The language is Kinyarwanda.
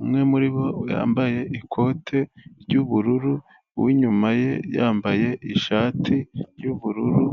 umwe muri bo yambaye ikote ry'ubururu, uw'inyuma ye yambaye ishati y'ubururu.